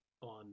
on